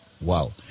Wow